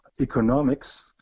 economics